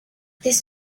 this